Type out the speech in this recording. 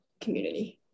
community